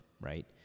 right